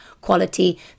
quality